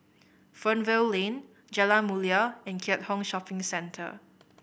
Fernvale Lane Jalan Mulia and Keat Hong Shopping Centre